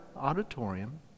auditorium